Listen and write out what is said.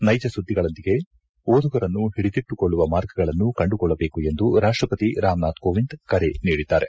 ನೈಜ ಸುದ್ದಿಗಳೊಂದಿಗೆ ಓದುಗರನ್ನು ಓಡಿದಿಟ್ಲುಕೊಳ್ಳುವ ಮಾರ್ಗಗಳನ್ನು ಕಂಡುಕೊಳ್ಳಬೇಕು ಎಂದು ರಾಷ್ಟಪತಿ ರಾಮನಾಥ್ ಕೋವಿಂದ್ ಕರೆ ನೀಡಿದ್ದಾರೆ